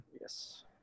Yes